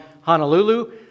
Honolulu